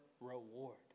reward